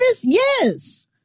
yes